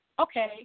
Okay